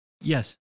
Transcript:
Yes